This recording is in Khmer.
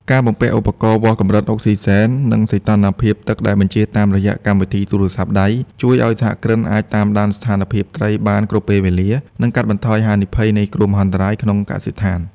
ការបំពាក់ឧបករណ៍វាស់កម្រិតអុកស៊ីហ្សែន និងសីតុណ្ហភាពទឹកដែលបញ្ជាតាមរយៈកម្មវិធីទូរស័ព្ទដៃ ជួយឱ្យសហគ្រិនអាចតាមដានស្ថានភាពត្រីបានគ្រប់ពេលវេលា និងកាត់បន្ថយហានិភ័យនៃគ្រោះមហន្តរាយក្នុងកសិដ្ឋាន។